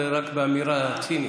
זה היה רק באמירה צינית.